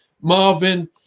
Marvin